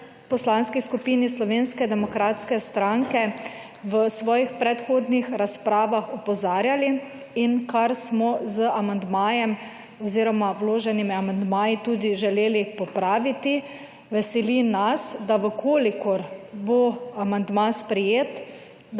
Poslanski skupini Slovenske demokratske stranke v svojih predhodnih razpravah opozarjali in kar smo z amandmajev oziroma z vloženimi amandmaji tudi želeli popraviti. Veseli nas, da v kolikor bo amandma sprejet,